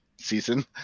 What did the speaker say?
season